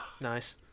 Nice